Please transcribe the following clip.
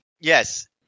Yes